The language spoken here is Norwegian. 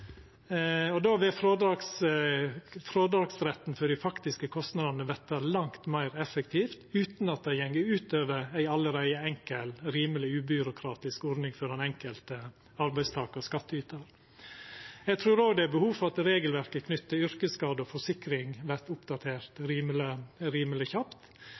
og då vil frådragsretten for dei faktiske kostnadene verta langt meir effektiv, utan at det går utover ei allereie enkel, rimeleg og ubyråkratisk ordning for den enkelte arbeidstakar og skattytar. Eg trur òg det er behov for at regelverket knytt til yrkesskade og forsikring vert oppdatert rimeleg kjapt.